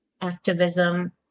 activism